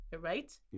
right